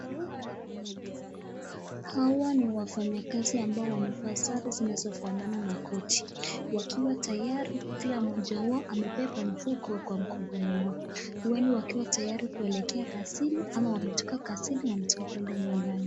Hawa ni wafanyakazi ambao wamevaa sare zinazofanana na koti wakiwa tayari kila mmoja wao amebeba mfuko kwa mkongoni mwao wale wakiwa tayari kuelekea kazini ama wametoka kazini wanataka kuenda nyumbani